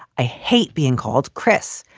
i hate being called chris.